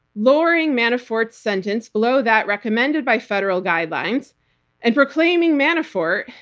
lowering manafort's sentence below that recommended by federal guidelines and proclaiming manafort,